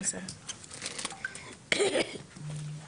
בסדר, אני אבדוק את זה.